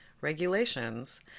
regulations